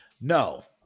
No